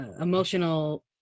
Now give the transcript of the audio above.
emotional